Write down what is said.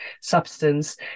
substance